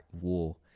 war